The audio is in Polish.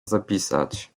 zapisać